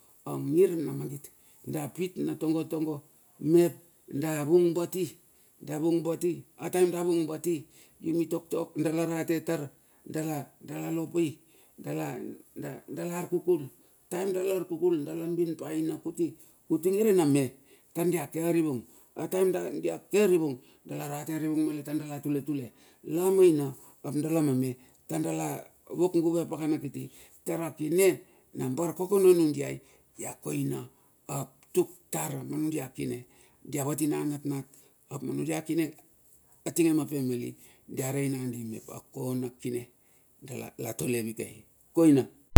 Angir na mangit. Da pit na tongo tongo mep, da vung bati. Davung bati, ataem davung bati. yumi toktok dala rate tar dala arkukul. Taem dala arkukul. dala bin pa ina kuti. Utinge rina me tar dia ke arivung ataem dia ke arivug. Dala rate arivung malet tar dala tule tule. La ma ina ap dala ma me tar dala wok guve a pakana kiti. Tara kine na bar kokono nudiai ia koina ap tuk tar manu dia kine diawatina anatnat ap manudia kine atinge na family dia nandi mep a kona kine latole vikei ;koina.